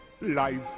Life